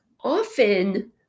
often